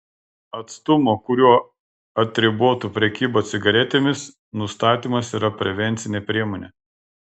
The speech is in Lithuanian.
atstumo kuriuo atribotų prekybą cigaretėmis nustatymas yra prevencinė priemonė